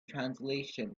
translation